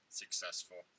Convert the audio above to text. successful